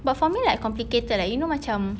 but for me like complicated like you know macam